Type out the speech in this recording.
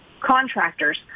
contractors